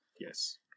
Yes